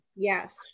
Yes